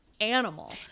animal